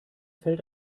fällt